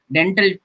Dental